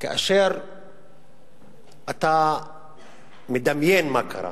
כאשר אתה מדמיין מה קרה